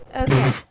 Okay